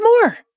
more